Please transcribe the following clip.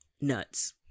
nuts